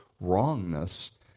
wrongness